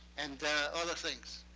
and other things